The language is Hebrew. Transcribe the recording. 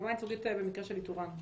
תביעה ייצוגית במקרה של איתוראן,